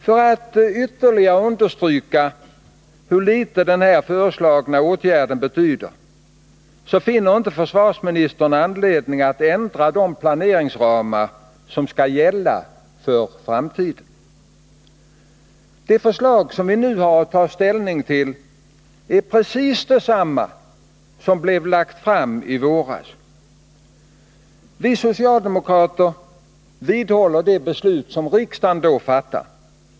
För att ytterligare understryka hur litet den föreslagna åtgärden betyder finner inte försvarsministern anledning att ändra de planeringsramar som skall gälla för framtiden. Det förslag som vi nu har att ta ställning till är precis detsamma som lades fram i våras. Vi socialdemokrater vidhåller det beslut som riksdagen då fattade.